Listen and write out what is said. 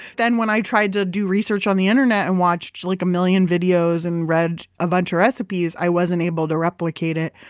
then when i tried to do research on the internet and watched like a million videos and read a bunch of recipes, i wasn't able to replicate it.